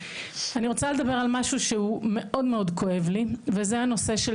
אני רוצה לדבר על משהו שהוא מאוד כואב לי וזה הנושא של